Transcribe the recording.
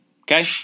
Okay